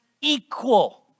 equal